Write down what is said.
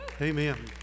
Amen